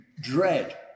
dread